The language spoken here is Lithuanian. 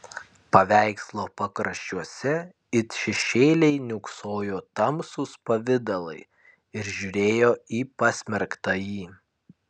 paveikslo pakraščiuose it šešėliai niūksojo tamsūs pavidalai ir žiūrėjo į pasmerktąjį